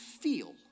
feel